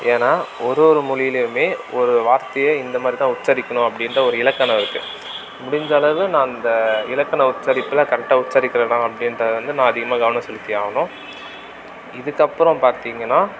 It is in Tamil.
ஏன்னால் ஒரு ஒரு மொழிலியுமே ஒரு வார்த்தையை இந்தமாதிரி தான் உச்சரிக்கணும் அப்படின்ற ஒரு இலக்கணம் இருக்குது முடிஞ்சளவு நான் அந்த இலக்கண உச்சரிப்பில் கரெக்டாக உச்சரிக்கிறேன்னால் அப்படின்றத வந்து நான் அதிகமாக கவனம் செலுத்தியாகணும் இதுக்கப்புறம் பார்த்தீங்கன்னா